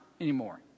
anymore